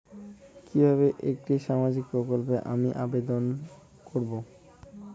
কিভাবে একটি সামাজিক প্রকল্পে আমি আবেদন করব?